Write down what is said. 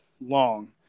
long